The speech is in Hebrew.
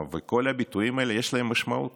וכל הביטויים האלה, יש להם משמעות.